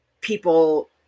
People